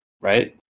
Right